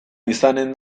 izanen